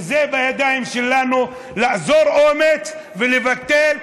וזה בידיים שלנו לאזור אומץ ולבטל,